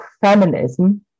feminism